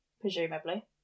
presumably